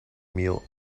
meal